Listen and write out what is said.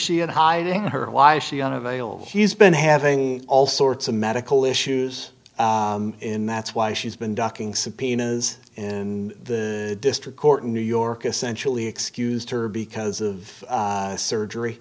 she had hiding her why she unavailable he's been having all sorts of medical issues in that's why she's been ducking subpoenas and the district court in new york essentially excused her because of surgery